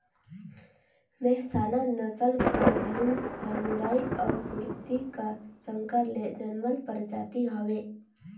मेहसाना नसल कर भंइस हर मुर्रा अउ सुरती का संकर ले जनमल परजाति हवे